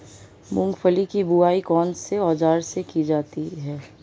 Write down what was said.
मूंगफली की बुआई कौनसे औज़ार से की जाती है?